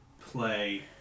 play